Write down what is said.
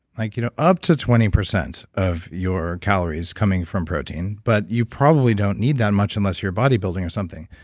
like you know up to twenty percent of your calories are coming from protein, but you probably don't need that much unless you're bodybuilding or something.